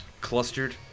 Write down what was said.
clustered